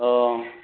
অঁ